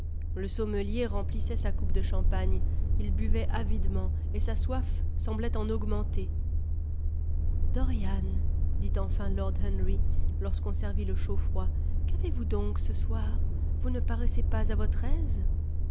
le sommelier remplissait sa coupe de champagne il buvait avidement et sa soif semblait en augmenter dorian dit enfin lord henry lorsqu'on servit le chaud froid qu'avez-vous donc ce soir vous ne paraissez pas à votre aise